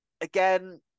again